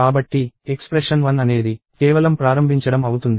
కాబట్టి ఎక్స్ప్రెషన్ 1 అనేది కేవలం ప్రారంభించడం అవుతుంది